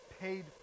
paid